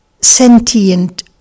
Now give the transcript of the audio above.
sentient